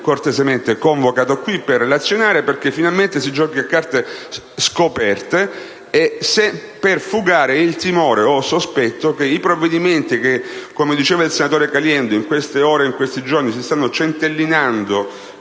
possibile, convocato per riferire in Senato perché finalmente si giochi a carte scoperte per fugare i timori o i sospetti circa i provvedimenti che, come diceva il senatore Caliendo, in queste ore e in questi giorni si stanno centellinando